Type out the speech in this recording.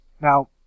Now